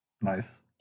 nice